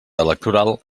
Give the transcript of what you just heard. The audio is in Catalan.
electoral